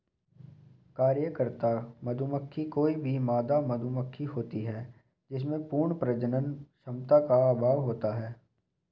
कार्यकर्ता मधुमक्खी कोई भी मादा मधुमक्खी होती है जिसमें पूर्ण प्रजनन क्षमता का अभाव होता है